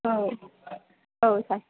औ औ सार